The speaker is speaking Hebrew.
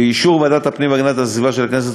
באישור ועדת הפנים והגנת הסביבה של הכנסת,